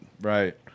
Right